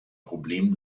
problemen